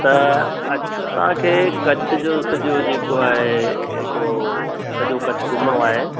त असांखे कच्छ जो सॼो जेको आहे हिकिड़ो सॼो कच्छ घुमणो आहे